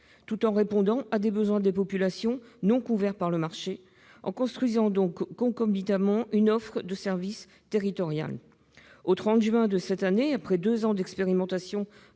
tout en répondant à des besoins des populations non couverts par le marché, par la construction concomitante d'une offre de service territoriale. Au 30 juin dernier, après deux ans d'expérimentation